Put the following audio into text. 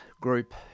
group